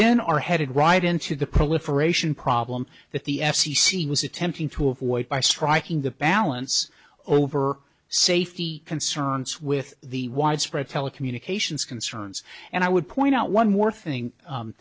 are headed right into the proliferation problem that the f c c was attempting to avoid by striking the balance over safety concerns with the widespread telecommunications concerns and i would point out one more